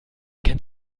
kennt